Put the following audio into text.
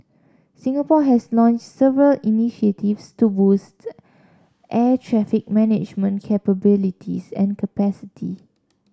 Singapore has launched several initiatives to boost air traffic management capabilities and capacity